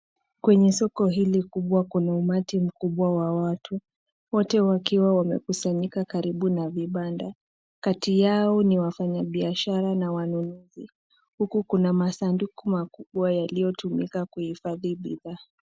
Kwenye soko hili kubwa kuna umati mkubwa wa watu. Wote wakiwa wamekusanyika karibu na vibanda. Kati yao ni wafanyabiashara na wanunuzi, huku kuna masanduku makubwa yaliyotumika kuhifadhi bidhaa.